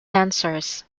sensors